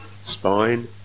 spine